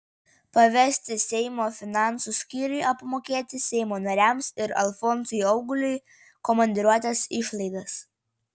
pavesti seimo finansų skyriui apmokėti seimo nariams ir alfonsui auguliui komandiruotės išlaidas